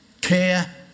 care